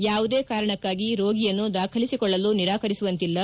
ಯಾವುದೇ ಕಾರಣಕ್ಕಾಗಿ ರೋಗಿಯನ್ನು ದಾಖಲಿಸಿಕೊಳ್ಳಲು ನಿರಾಕರಿಸುವಂತಿಲ್ಲ